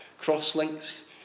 Crosslinks